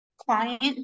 client